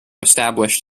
established